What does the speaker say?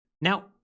Now